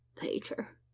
Peter